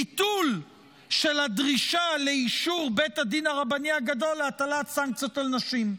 ביטול של הדרישה לאישור בית הדין הרבני הגדול להטלת סנקציות על נשים.